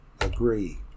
agree